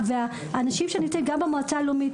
האנשים שנמצאים גם במועצה הלאומית